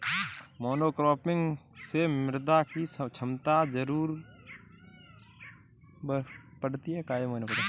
monocropping से मृदा की क्षमता जरूर घटती है